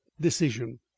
decision